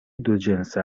دوجنسه